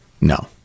No